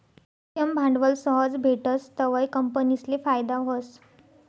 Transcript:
उद्यम भांडवल सहज भेटस तवंय कंपनीसले फायदा व्हस